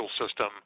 system